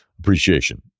appreciation